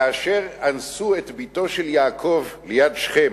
כאשר אנסו את בתו של יעקב ליד שכם,